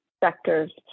sectors